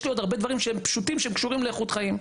יש לי עוד הרבה דברים פשוטים שהם קשורים לאיכות חיים.